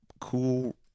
Cool